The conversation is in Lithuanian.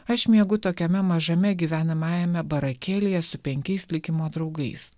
aš miegu tokiame mažame gyvenamajame barakėlyje su penkiais likimo draugais